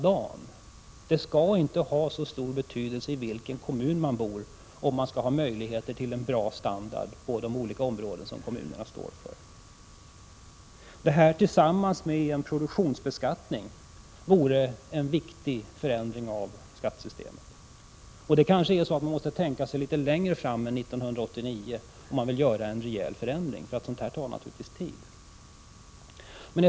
Det skall inte ha så stor betydelse i vilken kommun man bor för att få möjlighet till en god standard på de olika områden som kommunerna står för. Detta tillsammans med en produktionsbeskattning vore en viktig förändring av skattesystemet. Kanske måste man se litet längre fram än till 1989, om man vill åstadkomma en rejäl förändring. En sådan tar naturligtvis tid.